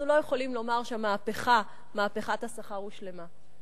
אנחנו לא יכולים לומר שמהפכת השכר הושלמה.